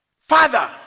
Father